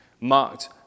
marked